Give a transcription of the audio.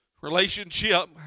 Relationship